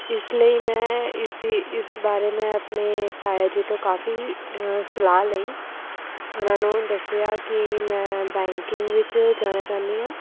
ਇਸ ਲਈ ਮੈਂ ਇਸ ਇਸ ਬਾਰੇ ਮੈਂ ਆਪਣੇ ਤਾਇਆ ਜੀ ਤੋਂ ਕਾਫ਼ੀ ਸਲਾਹ ਲਈ ਉਹਨਾਂ ਨੂੰ ਦੱਸਿਆ ਕਿ ਮੈਂ ਬੈਂਕਿੰਗ ਵਿੱਚ ਜਾਣਾ ਚਾਹੁੰਦੀ ਹਾਂ